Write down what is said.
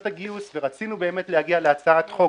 הגיוס ורצינו באמת להגיע להצעת חוק